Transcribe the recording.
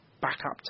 backup